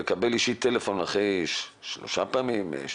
לקבל אישית טלפון אחרי שלוש פעמים, פעמיים,